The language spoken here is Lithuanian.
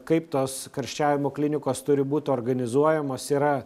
kaip tos karščiavimo klinikos turi būt organizuojamos yra